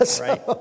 Right